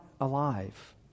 alive